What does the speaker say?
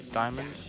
diamond